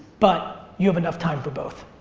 but you have enough time for both.